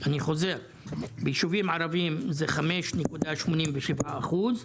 אני חוזר: ביישובים ערביים שיעור הריבית הוא 5.87 אחוז,